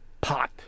pot